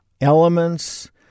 elements